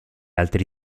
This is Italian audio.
altri